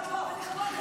אני חברת כנסת.